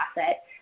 asset